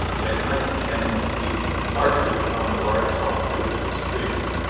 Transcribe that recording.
at night the animals feed, largely upon the large, soft fruit of these trees.